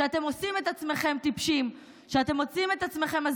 שאתם עושים את עצמכם טיפשים,